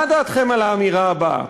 מה דעתכם על האמירה הבאה: